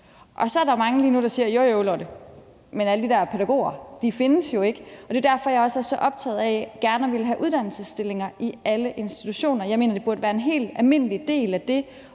Så er der mange lige nu, der siger: Jo, jo, Lotte, men alle de der pædagoger findes jo ikke. Og det er derfor, jeg også er så optaget af gerne at ville have uddannelsesstillinger i alle institutioner. Jeg mener, det burde være en helt almindelig del af det